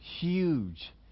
huge